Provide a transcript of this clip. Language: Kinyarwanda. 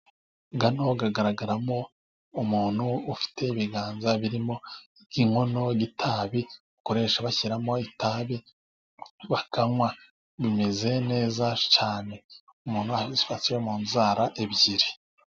Hano hagaragaramo umuntu ufite ibiganza birimo inkono y'itabi. Bakoresha bashyiramo itabi bakanywa. Bimeze neza cyane, umuntu ayifashe mu nzara ebyiri.